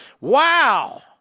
Wow